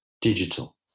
digital